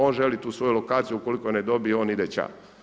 On želi tu svoju lokaciju, ukoliko ne dobije on ide ća.